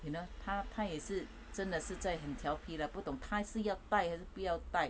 you know 她她也是真的是在很调皮 lah 不懂使用带还是不要带